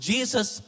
Jesus